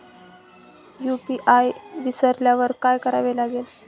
UPI विसरल्यावर काय करावे लागेल?